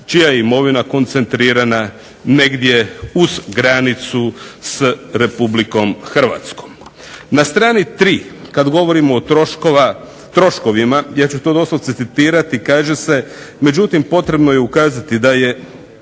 čija je imovina koncentrirana negdje uz granicu s Republikom Hrvatskom. Na strani 3. kada govorimo o troškovima ja ću to doslovce citirati kaže se: "Međutim, potrebno je ukazati da je